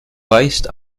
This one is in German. weist